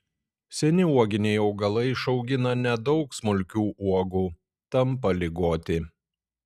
seni uoginiai augalai išaugina nedaug smulkių uogų tampa ligoti